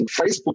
Facebook